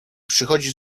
przychodził